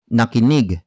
Nakinig